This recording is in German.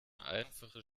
einfache